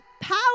power